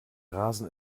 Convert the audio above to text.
rasen